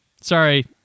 Sorry